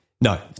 No